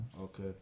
okay